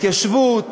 התיישבות,